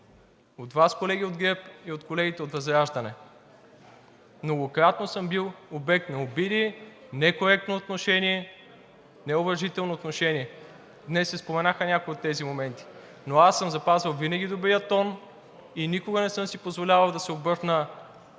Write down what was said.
от Вас, колеги от ГЕРБ, и от колегите от ВЪЗРАЖДАНЕ. Многократно съм бил обект на обиди, некоректно отношение, неуважително отношение. Днес се споменаха някои от тези моменти. Но аз съм запазвал винаги добрия тон и никога не съм си позволявал да се обърна